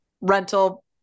rental